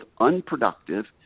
unproductive